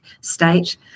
state